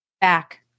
back